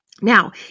Now